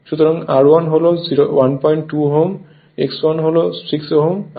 সুতরাং R1 হল 12 Ω x1 হল 6 Ω